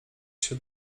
się